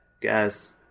guess